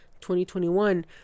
2021